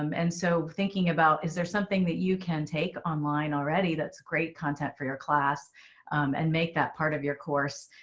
um and so thinking about. is there something that you can take online already that's great content for your class and make that part of your course.